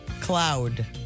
Cloud